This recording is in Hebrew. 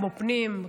כמו פנים,